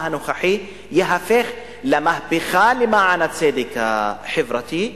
הנוכחי ייהפך למהפכה למען הצדק החברתי.